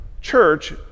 church